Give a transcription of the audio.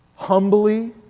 humbly